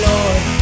Lord